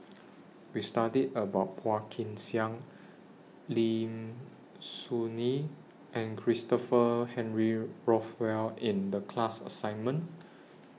We studied about Phua Kin Siang Lim Soo Ngee and Christopher Henry Rothwell in The class assignment